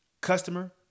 customer